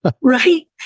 Right